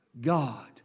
God